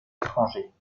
étrangers